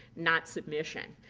not submission.